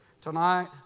Tonight